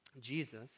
Jesus